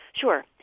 Sure